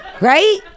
right